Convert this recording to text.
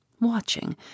watching